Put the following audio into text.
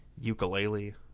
Ukulele